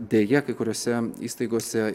deja kai kuriose įstaigose